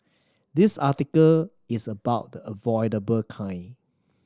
this article is about the avoidable kind